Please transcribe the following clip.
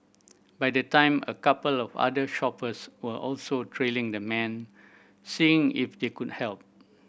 by the time a couple of other shoppers were also trailing the man seeing if they could help